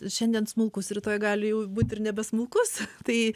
šiandien smulkus rytoj gali jau būt ir nebesmulkus tai